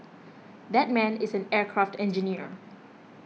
that man is an aircraft engineer